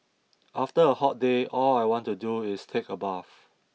after a hot day all I want to do is take a bath